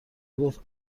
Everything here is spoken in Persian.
گفت